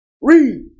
Read